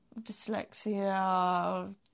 dyslexia